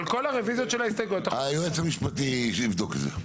על כל הרביזיות של ההסתייגויות --- היועץ המשפטי יבדוק את זה.